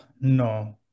No